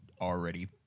already